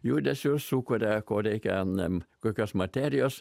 judesius sukuria ko reikia ane kokios materijos